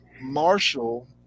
Marshall